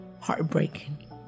heartbreaking